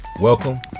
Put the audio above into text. Welcome